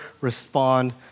respond